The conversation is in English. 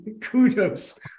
kudos